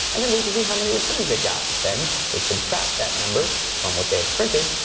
and then wait to see how many returns they got. then they'd subtract that number from what they had printed,